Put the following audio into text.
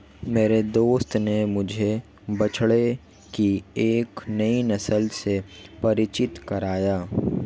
मेरे दोस्त ने मुझे बछड़े की एक नई नस्ल से परिचित कराया